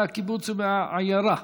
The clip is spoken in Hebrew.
בקיבוץ ובעיירה,